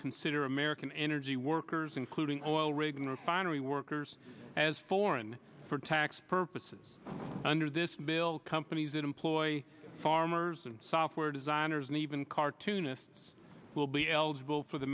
consider american energy workers including oil rig and refinery workers as foreign for tax purposes under this bill companies that employ farmers and software designers and even cartoonists will be eligible for the